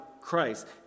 Christ